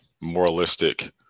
moralistic